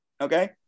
okay